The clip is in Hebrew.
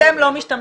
אתם לא משתתפים,